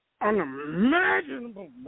unimaginable